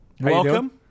Welcome